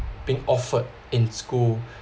being offered in school